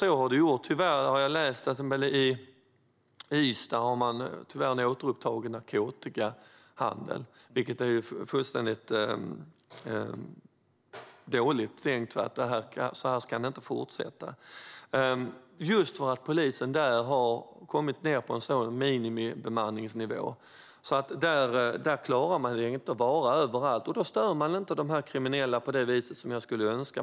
I Ystad har narkotikahandeln tyvärr återupptagits just för att polisbemanningen är så låg. Det är illa, och så kan det inte fortsätta. När man inte klarar att vara överallt stör man inte de kriminella på det sätt jag skulle önska.